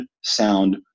sound